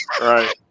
Right